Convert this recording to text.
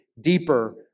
deeper